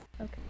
Okay